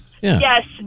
Yes